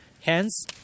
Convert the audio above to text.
Hence